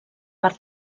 per